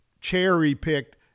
cherry-picked